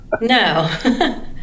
No